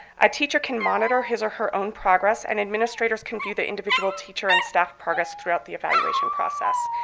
a teacher can monitor his or her own progress, and administrators can view the individual teacher and staff progress throughout the evaluation process.